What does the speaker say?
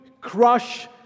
crush